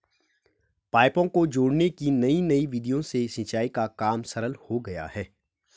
पाइपों को जोड़ने की नयी नयी विधियों से सिंचाई का काम सरल हो गया है